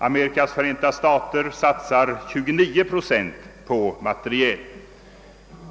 USA satsar 29 procent på materiel.